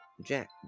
Jack